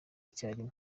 icyarimwe